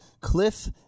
Cliff